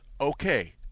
okay